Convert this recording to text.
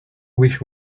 wish